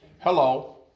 Hello